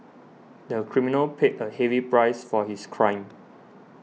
the criminal paid a heavy price for his crime